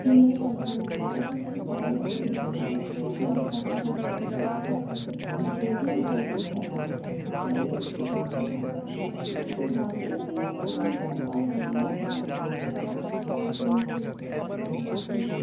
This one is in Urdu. یہ میں نے خود بنائی ہے اور جب میرے پیرینٹس اسے دیکھتے تھے وہ بھی مجھ پر فخر کرتے تھے اور بہت خوش ہوتے تھے اور جو بھی اسے دیکھتا تھا جو بھی اس کو دیکھتا تھا سب کہتے تھے کیا یہ واقعی تم نے بنائی ہے سب بہت حیران ہوتے تھے اور بہت زیادہ فخر محسوس کرتے تھے کہ واقعی